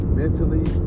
mentally